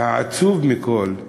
והעצוב מכול,